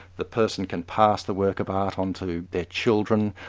the person can pass the work of art onto their children,